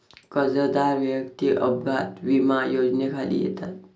कर्जदार वैयक्तिक अपघात विमा योजनेखाली येतात